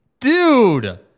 dude